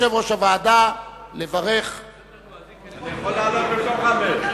אני מזמין את יושב-ראש הוועדה לברך על המוגמר.